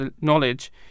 knowledge